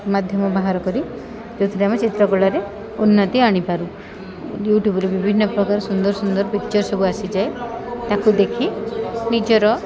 ମାଧ୍ୟମ ବାହାର କରି ଯେଉଁଥିରେ ଆମେ ଚିତ୍ରକଳାରେ ଉନ୍ନତି ଆଣିପାରୁ ୟୁଟ୍ୟୁବ୍ରେ ବିଭିନ୍ନପ୍ରକାର ସୁନ୍ଦର ସୁନ୍ଦର ପିକ୍ଚର୍ ସବୁ ଆସିଯାଏ ତାକୁ ଦେଖି ନିଜର